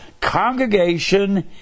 congregation